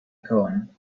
cohen